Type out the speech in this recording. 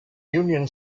union